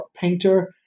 painter